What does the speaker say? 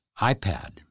iPad